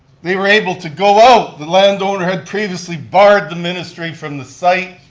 they were able to go out, the landowner had previously barred the ministry from the site,